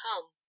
come